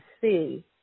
see